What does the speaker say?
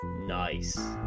nice